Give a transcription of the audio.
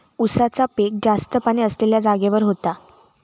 उसाचा पिक जास्त पाणी असलेल्या जागेवर होता